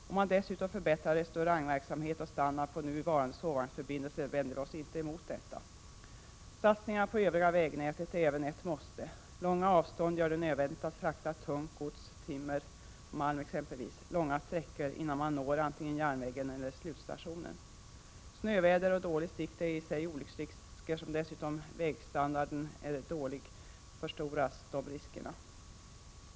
Om man dessutom förbättrar restaurangverksamheten och standarden på nuvarande sovvagnsförbindelser, vänder vi oss inte emot detta. Satsningar på det övriga vägnätet är även ett måste. Långa avstånd gör det nödvändigt att frakta tungt gods, exempelvis timmer och malm, långa sträckor innan man når antingen järnvägen eller slutstationen. Snöväder och dålig sikt är i sig olycksrisker, och om dessutom vägstandarden är dålig förstoras riskerna.